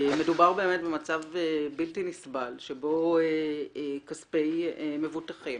מדובר באמת במצב בלתי נסבל שבו כספי מבוטחים